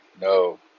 No